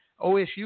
OSU